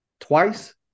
Twice